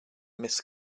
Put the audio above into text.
miss